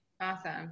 Awesome